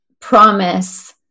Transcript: promise